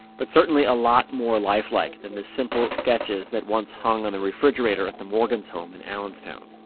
but certainly a lot more lifelike than the simple sketches that once hung on the refrigerator at the morgan's home in allenstown